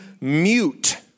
mute